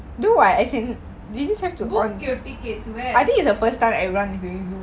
book your tickets where